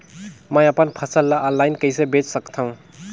मैं अपन फसल ल ऑनलाइन कइसे बेच सकथव?